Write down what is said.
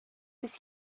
bis